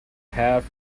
have